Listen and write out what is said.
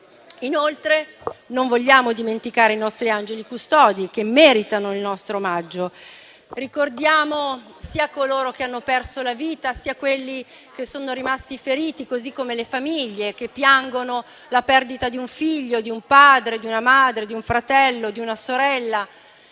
Inoltre, non vogliamo dimenticare i nostri angeli custodi che meritano il nostro omaggio. Ricordiamo sia coloro che hanno perso la vita sia quelli che sono rimasti feriti, così come le famiglie che piangono la perdita di un figlio, di un padre, di una madre, di un fratello, di una sorella.